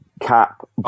cap